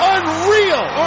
Unreal